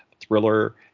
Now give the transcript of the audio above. thriller